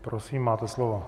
Prosím, máte slovo.